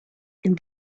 and